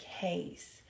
case